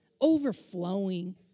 overflowing